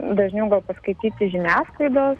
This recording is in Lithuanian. dažniau gal paskaityti žiniasklaidos